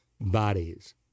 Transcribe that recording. bodies